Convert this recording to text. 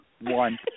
one